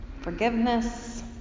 forgiveness